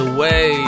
Away